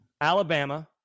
Alabama